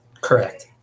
Correct